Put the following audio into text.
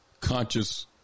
conscious